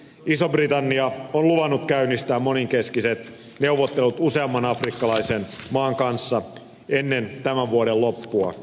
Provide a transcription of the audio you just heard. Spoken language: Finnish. iso britannia on luvannut käynnistää monenkeskiset neuvottelut useamman afrikkalaisen maan kanssa ennen tämän vuoden loppua